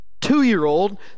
two-year-old